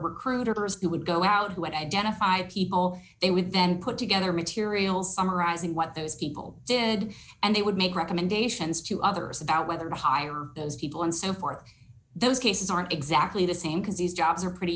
recruited who would go out who had identified people they would then put together material summarizing what those people did and they would make recommendations to others about whether to hire those people and so forth those cases aren't exactly the same because these jobs are pretty